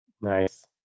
Nice